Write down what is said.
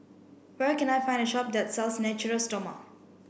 where can I find a shop that sells Natura Stoma